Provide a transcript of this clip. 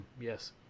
Yes